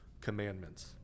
commandments